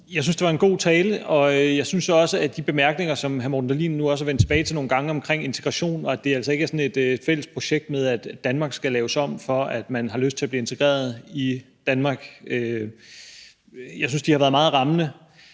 Jeg synes, det var en god tale, og jeg synes også, at de bemærkninger, som hr. Morten Dahlin nu også er vendt tilbage til nogle gange, omkring integration – nemlig at det ikke er sådan et fælles projekt med, at Danmark skal laves om, for at man har lyst til at blive integreret i Danmark – har været meget rammende,